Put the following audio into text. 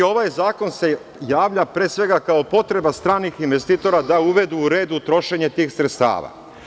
Ovaj zakon se javlja, pre svega, kao potreba stranih investitora da uvedu u red trošenje tih sredstava.